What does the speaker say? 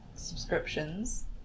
subscriptions